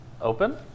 open